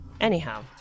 Anyhow